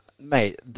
Mate